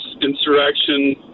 insurrection